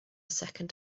second